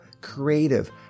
creative